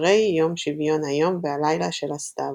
אחרי יום שוויון היום והלילה של הסתיו.